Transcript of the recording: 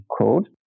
code